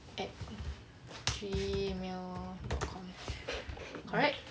at gmail dot com correct